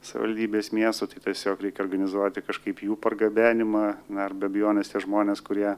savivaldybės miestų tai tiesiog reikia organizuoti kažkaip jų pargabenimą na ir be abejonės tie žmonės kurie